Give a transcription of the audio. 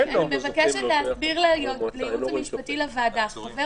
אני מבקשת להסביר לייעוץ המשפטי לוועדה: חבר